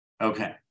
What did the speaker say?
Okay